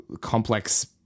complex